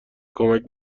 کمک